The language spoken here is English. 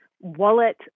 wallet